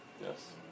Yes